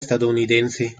estadounidense